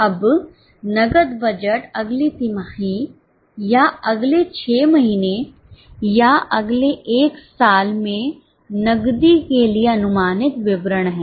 अब नकद बजट अगली तिमाही या अगले 6 महीने या अगले 1 साल में नकदी के लिए अनुमानित विवरण है